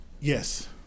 Yes